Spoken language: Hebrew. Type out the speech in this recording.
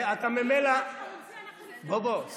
בוא, סליחה.